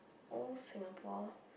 old Singapore